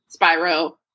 Spyro